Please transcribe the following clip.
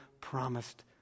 promised